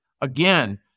again